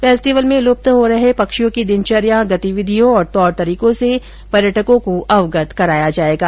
festival में लुप्त हो रहे पक्षियों की दिनचर्या गतिविधियों और तौर तरीकों से पर्यटकों को अवगत कराया जायेगा